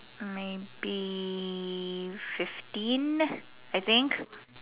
maybe fifteen I think